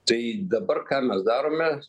tai dabar ką mes darome